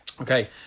Okay